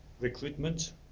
recruitment